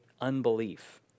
unbelief